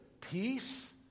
peace